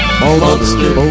Monster